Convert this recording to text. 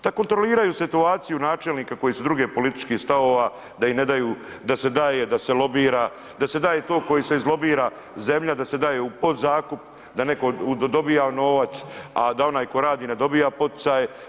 Da kontroliraju situaciju načelnika koji su drugih političkih stavova, da im ne daju da se daje, da se lobira, da se daje to koje se izlobira, zemlja da se daje u podzakup da neko dobija novac, a da onaj ko radi ne dobija poticaj.